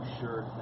sure